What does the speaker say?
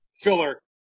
filler